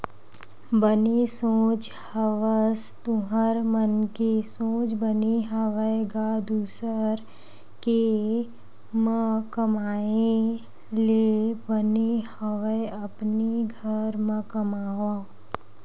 बने सोच हवस तुँहर मन के सोच बने हवय गा दुसर के म कमाए ले बने हवय अपने घर म कमाओ